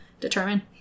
determine